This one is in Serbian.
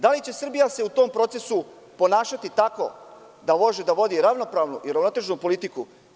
Da li će se Srbija u tom procesu ponašati tako da može da vodi ravnopravnu i uravnoteženu politiku?